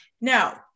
Now